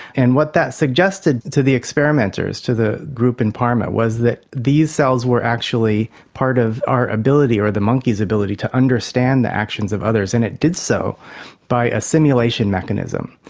and what that suggested to the experimenters, to the group in parma, was that these cells were actually part of our ability or the monkey's ability to understand the actions of others, and it did so by a simulation mechanism.